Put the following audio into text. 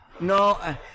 No